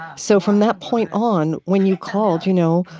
so from that point on, when you called, you know,